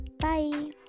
bye